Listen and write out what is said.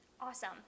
Awesome